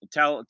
Tell